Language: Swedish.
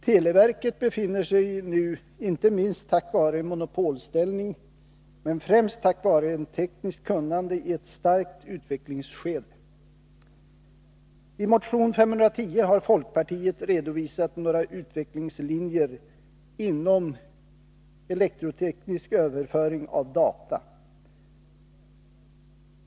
Televerket befinner sig nu — inte minst tack vare en monopolställning men främst tack vare ett tekniskt kunnande — i ett starkt utvecklingsskede. I motion 510 har folkpartiet redovisat några utvecklingslinjer inom elektronisk överföring av data.